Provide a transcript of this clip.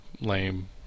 lame